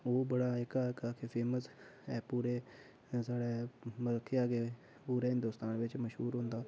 ओह् बड़ा जेह्का काफी फेमस ऐ एह् पूरे साढ़े मतलब केह् ऐ कि पूरे हिंदुस्तान बिच मशहूर होंदा